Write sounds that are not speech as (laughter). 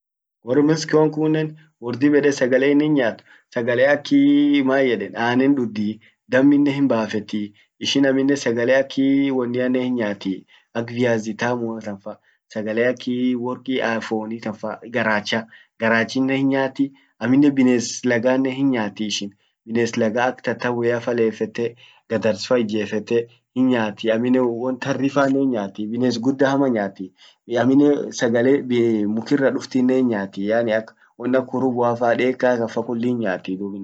Wor mexicoan kunnen wor dib ede sagale inin nyaat, sagale aki (hesitation) mayeden annen dudhi, garachinen hinyaati, amminen bines lagannen hinyaati ishin, bines laga ak tataweafa lefete, gadarsfa ijefte, hinyaati amminen won tari fannen hinyaati, bines gudda hama nyaati, amminen sagale mkuirra duftinnen hinyaati yaani ak won ak hurruboafa, deka kan fa kulli hinyaati dub inaman kun. (unintelligible)